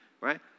right